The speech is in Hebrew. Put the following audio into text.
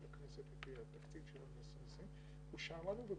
הכנסת את התקציב שלנו ל-2020 והוא אושר לנו.